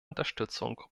unterstützung